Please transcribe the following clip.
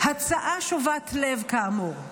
הצעה שובת לב, כאמור,